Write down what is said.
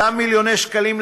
אותם מיליוני שקלים,